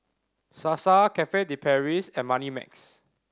Sasa Cafe De Paris and Moneymax